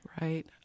Right